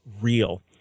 real